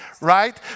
right